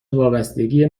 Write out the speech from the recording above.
وابستگی